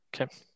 Okay